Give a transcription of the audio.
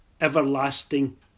everlasting